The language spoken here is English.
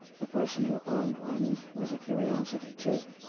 the person who owned one was a curiosity, too.